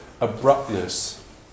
abruptness